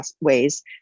ways